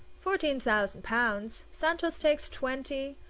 fourteen thousand pounds. santos takes twenty,